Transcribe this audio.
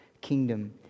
kingdom